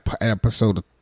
episode